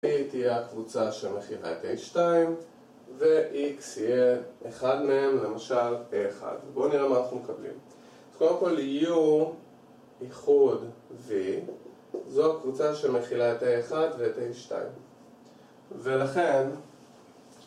A תהיה הקבוצה שמכילה את A2 וX יהיה אחד מהם, למשל A1. בואו נראה מה אנחנו מקבלים. אז קודם כל, U איחוד V זו הקבוצה שמכילה את A1 ואת A2, ולכן